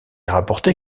rapporté